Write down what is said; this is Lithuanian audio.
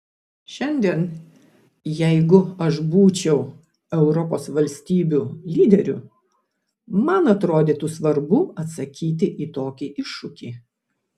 šiandien jeigu aš būčiau europos valstybių lyderiu man atrodytų svarbu atsakyti į tokį iššūkį